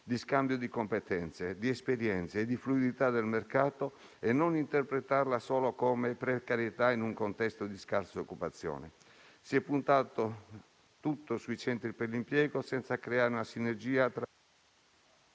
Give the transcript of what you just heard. di scambio di competenze e di esperienze, di fluidità del mercato, evitando di interpretarla solo come precarietà in un contesto di scarsa occupazione. Si è puntato tutto sui centri per l'impiego, senza creare una sinergia e